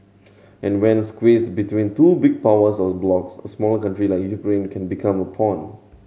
and when squeezed between two big powers or blocs a smaller country like Ukraine can became a pawn